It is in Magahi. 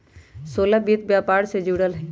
सोहेल वित्त व्यापार से जुरल हए